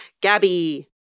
Gabby